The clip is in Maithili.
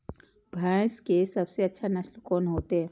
भैंस के सबसे अच्छा नस्ल कोन होते?